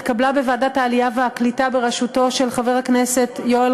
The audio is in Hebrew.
התקבלה בוועדת העלייה והקליטה בראשותו של חבר הכנסת יואל